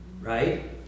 right